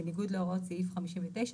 בניגוד להוראות סעיף 59,